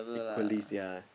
equally yea